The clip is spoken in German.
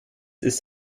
ist